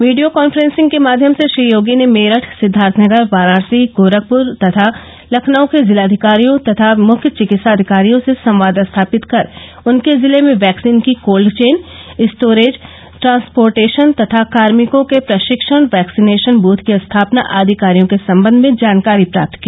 video conferencing के माध्यम से श्री योगी ने मेरठ सिद्वार्थनगर वाराणसी गोरखपुर तथा लखनऊ के जिलाधिकारियों तथा मुख्य चिकित्सा अधिकारियों से संवाद स्थापित कर उनके जिले में वैक्सीन की कोल्ड चेन स्टोरेज ट्रांसपोर्टेशन तथा कार्मिकों के प्रशिक्षण वैक्सीनेशन बूथ की स्थापना आदि कार्यो के सम्बन्ध में जानकारी प्राप्त की